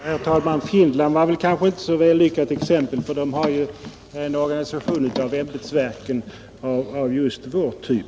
Herr talman! Finland var verkligen inte något vällyckat exempel, för Finland har ju en organisation av ämbetsverken av just vår typ.